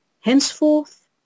Henceforth